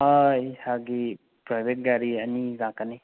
ꯏꯁꯥꯒꯤ ꯄ꯭ꯔꯥꯏꯕꯦꯠ ꯒꯥꯔꯤ ꯑꯅꯤ ꯂꯥꯛꯀꯅꯤ